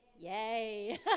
Yay